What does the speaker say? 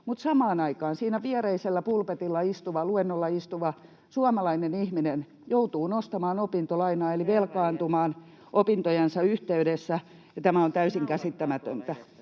mutta samaan aikaan siinä viereisellä pulpetilla luennolla istuva suomalainen ihminen joutuu nostamaan opintolainaa eli velkaantumaan opintojensa yhteydessä — ja tämä on täysin käsittämätöntä.